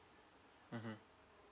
mmhmm